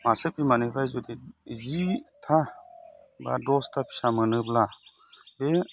मासे बिमानिफ्राय जुदि जिथा बा दसथा फिसा मोनोब्ला बे